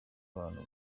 abantu